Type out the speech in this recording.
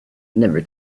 never